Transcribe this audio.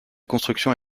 constructions